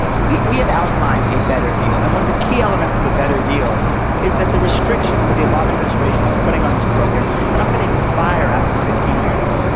we we have outlined a better deal. and one of the key elements of a better deal is that the restrictions of the obama administration of putting on this program are not going to expire after fifteen years.